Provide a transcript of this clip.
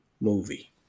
movie